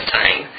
time